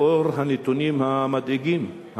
לאור הנתונים המדאיגים,